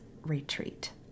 retreat